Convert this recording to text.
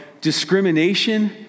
discrimination